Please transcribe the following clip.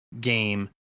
game